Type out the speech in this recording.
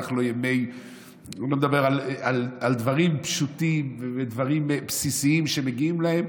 אני לא מדבר על דברים פשוטים ודברים בסיסיים שמגיעים להם.